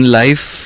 life